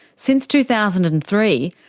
since two thousand and three,